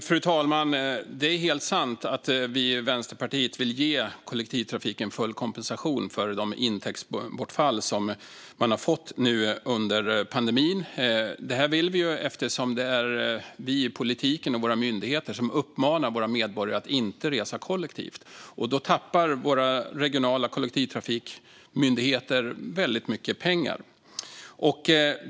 Fru talman! Det är helt sant att vi i Vänsterpartiet vill ge kollektivtrafiken full kompensation för det intäktsbortfall som man har fått under pandemin. Det vill vi eftersom det är vi i politiken och våra myndigheter som uppmanar våra medborgare att inte resa kollektivt. Då tappar våra regionala kollektivtrafikmyndigheter väldigt mycket pengar.